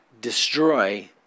destroy